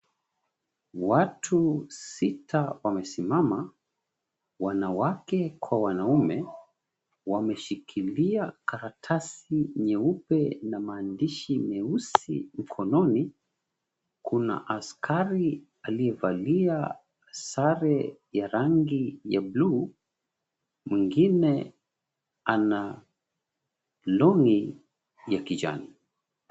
Watu sita wamesimama, wanawake kwa wanaume, wameshikilia karatasi nyeupe na maandishi meusi mkononi. Kuna askari aliyevalia sare ya rangi ya bluu, mwingine ana long'i ya kijani.